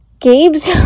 Gabe's